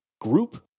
group